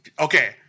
Okay